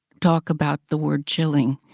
talk about the word chilling.